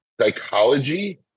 psychology